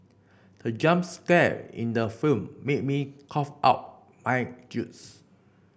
the jump scare in the film made me cough out my juice